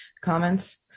Comments